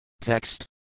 Text